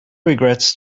regrets